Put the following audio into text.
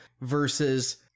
versus